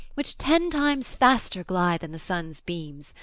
which ten times faster glide than the sun's beams,